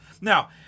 now